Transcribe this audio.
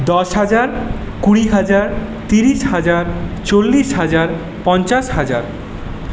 দশ হাজার কুড়ি হাজার তিরিশ হাজার চল্লিশ হাজার পঞ্চাশ হাজার